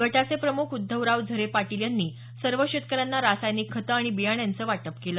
गटाचे प्रमुख उध्दवराव झरे पाटील यांनी सर्व शेतकऱ्यांना रासायनिक खतं आणि बियाण्याचं वाटप केलं